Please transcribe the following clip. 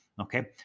Okay